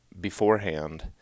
beforehand